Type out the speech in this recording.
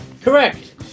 correct